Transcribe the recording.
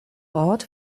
ort